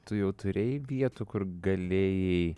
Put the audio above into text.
tu jau turėjai vietų kur galėjai